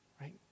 Right